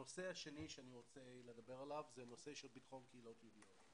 הנושא השני עליו אני רוצה לדבר הוא נושא של ביטחון קהילות יהודיות.